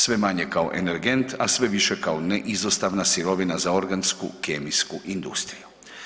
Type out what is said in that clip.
Sve manje kao energent, a sve više kao neizostavna sirovina za organsku kemijsku industriju.